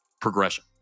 progression